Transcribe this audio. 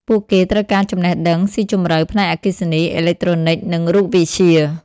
ពួកគេត្រូវការចំណេះដឹងស៊ីជម្រៅផ្នែកអគ្គិសនី អេឡិចត្រូនិក និងរូបវិទ្យា។